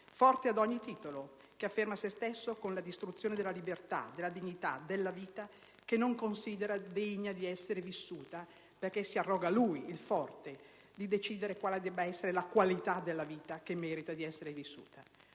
forte ad ogni titolo, che afferma se stesso con la distruzione della libertà, della dignità, della vita che non considera degna di essere vissuta, perché si arroga lui, il forte, di decidere quale debba essere la qualità della vita che merita di essere vissuta.